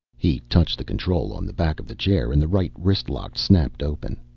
he touched the control on the back of the chair and the right wrist lock snapped open.